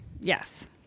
Yes